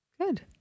Good